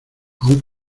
aun